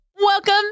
Welcome